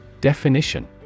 Definition